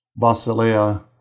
basileia